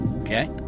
Okay